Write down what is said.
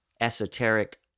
esoteric